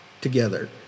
together